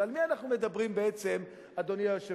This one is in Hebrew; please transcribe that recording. ועל מי אנחנו מדברים בעצם, אדוני היושב-ראש?